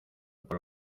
por